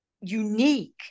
unique